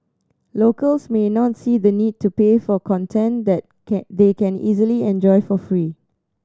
locals may not see the need to pay for content that can they can easily enjoy for free